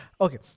Okay